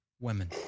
women